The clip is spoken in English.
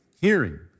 hearing